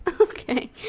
Okay